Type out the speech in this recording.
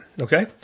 Okay